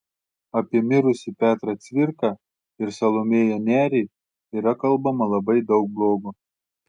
apie mirusį petrą cvirką ir salomėją nerį yra kalbama labai daug blogo